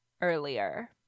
earlier